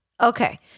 Okay